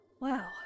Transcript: Wow